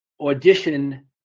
audition